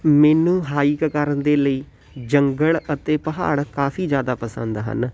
ਮੈਨੂੰ ਹਾਈਕ ਕਰਨ ਦੇ ਲਈ ਜੰਗਲ ਅਤੇ ਪਹਾੜ ਕਾਫ਼ੀ ਜ਼ਿਆਦਾ ਪਸੰਦ ਹਨ